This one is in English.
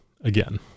again